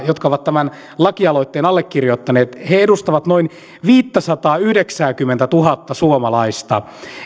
jotka ovat tämän lakialoitteen allekirjoittaneet edustavat noin viittäsataayhdeksääkymmentätuhatta suomalaista